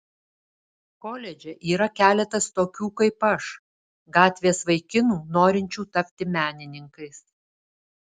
koledže yra keletas tokių kaip aš gatvės vaikinų norinčių tapti menininkais